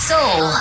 Soul